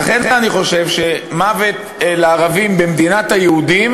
לכן קריאות "מוות לערבים" במדינת היהודים